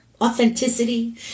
authenticity